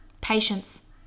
Patience